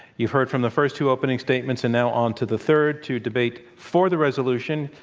you've heard from the first two opening statements, and now on to the third. to debate for the resolution,